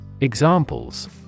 Examples